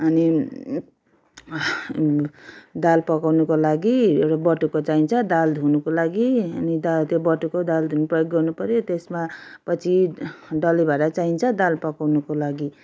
अनि दाल पकाउनुको लागि एउटा बटुको चाहिन्छ दाल धुनुको लागि अनि दाल त्यो बटुको दाल धुनु प्रयोग गर्नुपऱ्यो त्यसमा पछि डल्ले भाँडा चाहिन्छ दाल पकाउनुको लागि